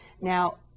Now